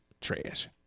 Trash